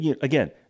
again